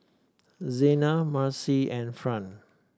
Zena Marcie and Fran